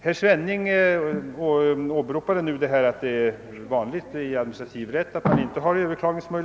Herr Svenning åberopade att det är vanligt i fråga om administrativ rätt att man inte har möjlighet att överklaga.